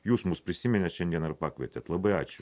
jūs mus prisiminėt šiandien ir pakvietėt labai ačiū